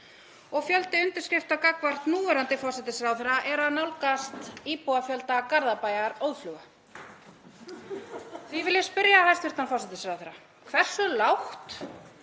og fjöldi undirskrifta gagnvart núverandi forsætisráðherra nálgast íbúafjölda Garðabæjar óðfluga. Því vil ég spyrja hæstv. forsætisráðherra: Hversu lágt